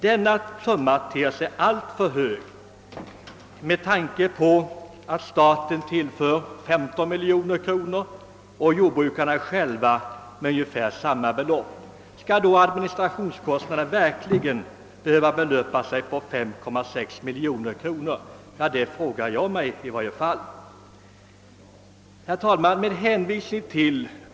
Denna summa synes alldeles för hög om man tänker på att staten skjuter till 15 miljo ner kronor och jordbrukarna själva ungefär samma belopp till skördeskadefonden. Skall administrationskostnaderna verkligen behöva vara så höga?